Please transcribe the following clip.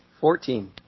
Fourteen